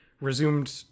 resumed